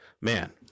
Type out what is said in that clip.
man